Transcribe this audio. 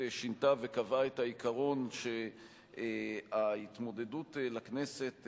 שינתה וקבעה את העיקרון שההתמודדות לכנסת,